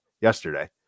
yesterday